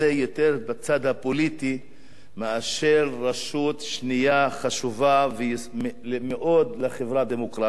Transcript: בצד הפוליטי מאשר בצד של רשות שנייה שחשובה מאוד לחברה הדמוקרטית.